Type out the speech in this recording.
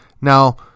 Now